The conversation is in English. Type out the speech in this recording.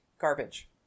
garbage